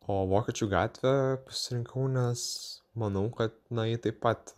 o vokiečių gatvę pasirinkau nes manau kad na ji taip pat